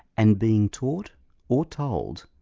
and being taught or told,